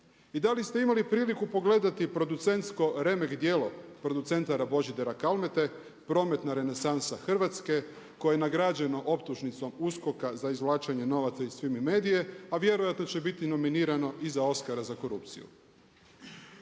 I da li ste imali priliku pogledati producentsko remek djela producenta Božidara Kalmete, prometna renesansa Hrvatske koje je nagrađeno optužnicom USKOK-a za izvlačenje novaca iz FIMI MEDIA-e a vjerojatno će biti nominirano i za Oskara za korupciju.